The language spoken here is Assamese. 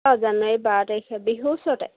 অঁ জানুৱাৰী বাৰ তাৰিখে বিহুৰ ওৰতে